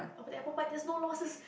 okay the apple pie has no loses